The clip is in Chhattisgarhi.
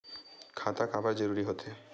खाता काबर जरूरी हो थे?